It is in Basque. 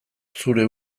zure